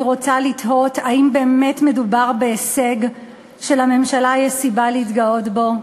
אני רוצה לתהות אם באמת מדובר בהישג שלממשלה יש סיבה להתגאות בו.